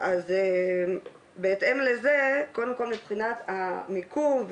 אז בהתאם לזה קודם כל מבחינת המיקום,